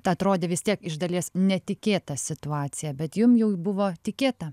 ta atrodė vis tiek iš dalies netikėta situacija bet jum jau buvo tikėta